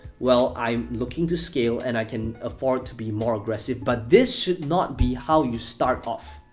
well, i'm looking to scale, and i can afford to be more aggressive, but this should not be how you start off.